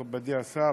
מכובדי השר,